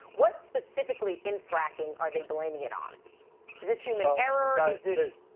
what specifically in fracking are they blaming it on? is this human error? ah is this.